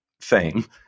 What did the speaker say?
fame